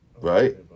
right